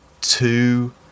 two